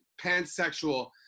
pansexual